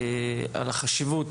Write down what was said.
על החשיבות